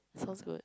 sounds good